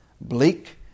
Bleak